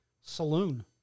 saloon